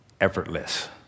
effortless